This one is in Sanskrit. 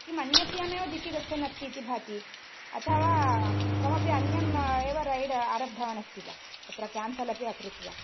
किम् अन्यस्यामेव दिशि गच्छन् अस्तीति भाति अथवा कमपि अन्यम् एव रैड् आरब्धवानस्ति वा अत्र केन्सल् अपि अकृत्वा